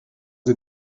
sie